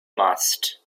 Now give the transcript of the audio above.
must